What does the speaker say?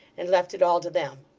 and left it all to them.